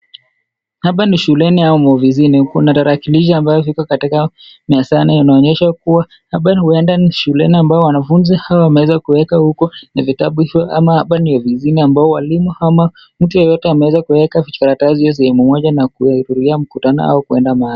Hapa ni shuleni au ofisini, kuna tarakilishi ambavyo viko katika mezani unaonyesha kuwa hapa huenda ni shuleni ambao wanafunzi hao wameweza kueka huko ,na vitabu hivyo ama hapa ni ofisini ambapo walimu ama mtu yeyote ameweza kuweka vijikaratasi hizi sehemu moja na kuhudhuria mkutano au kwenda mahali.